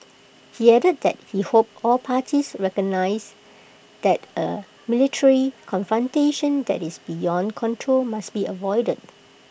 he added that he hoped all parties recognise that A military confrontation that is beyond control must be avoided